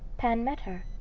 pan met her,